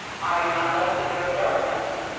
i am not left in utter darkness,